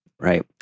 Right